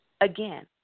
Again